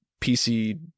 PC